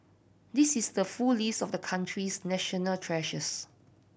this is the full list of the country's national treasures